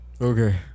Okay